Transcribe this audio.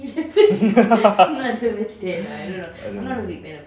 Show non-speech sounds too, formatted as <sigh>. <laughs> <breath> I don't know